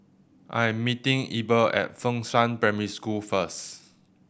I am meeting Eber at Fengshan Primary School first